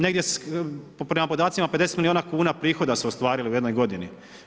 Negdje, prema podacima 50 milijuna kuna prihoda su ostvarili u jednoj godini.